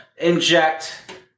inject